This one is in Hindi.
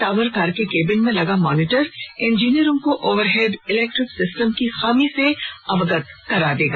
टावर कार के केबिन में लगा मानीटर इंजीनियरों को ओवरहेड इलेक्ट्रिक सिस्टम की खामी से अवगत करा देगा